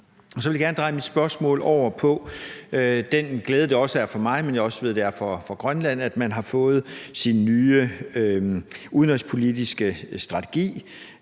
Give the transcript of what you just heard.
Så vil jeg vil gerne dreje mit spørgsmål over på den glæde, det også er for mig, men som jeg også ved det er for Grønland, at man har fået sin nye udenrigspolitiske strategi